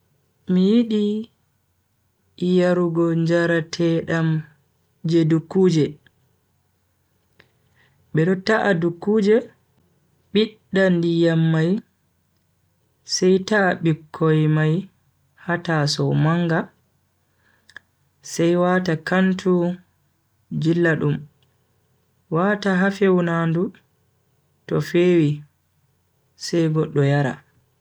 Mi yidi yarugo njaratedam je dukkuje. Bedo ta'a dukkuje bidda ndiyam mai sai ta'a bikkoi mai ha tasow manga sai wata kantu jilla dum wata ha fewnandu to fewi sai goddo yara.